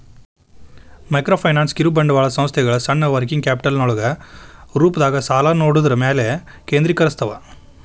microfinance ಕಿರುಬಂಡವಾಳ ಸಂಸ್ಥೆಗಳ ಸಣ್ಣ ವರ್ಕಿಂಗ್ ಕ್ಯಾಪಿಟಲ್ ಲೋನ್ಗಳ ರೂಪದಾಗ ಸಾಲನ ನೇಡೋದ್ರ ಮ್ಯಾಲೆ ಕೇಂದ್ರೇಕರಸ್ತವ